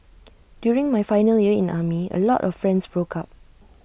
during my final year in army A lot of friends broke up